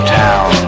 town